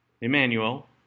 Emmanuel